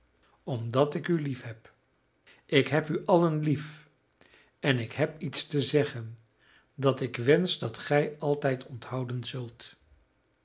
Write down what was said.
omdat ik u liefheb ik heb u allen lief en ik heb iets te zeggen dat ik wensch dat gij altijd onthouden zult